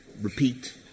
repeat